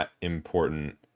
important